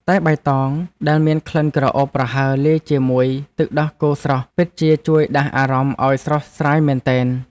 តែបៃតងដែលមានក្លិនក្រអូបប្រហើរលាយជាមួយទឹកដោះគោស្រស់ពិតជាជួយដាស់អារម្មណ៍ឱ្យស្រស់ស្រាយមែនទែន។